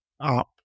up